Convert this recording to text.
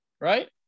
Right